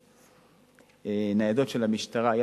ניידות של המשטרה,